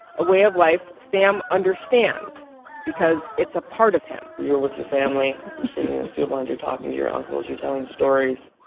a way of life sam understands because it's a part of him you're with your family. you're sitting in a seal blind. you're talking to your uncles. you're telling stories.